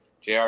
JR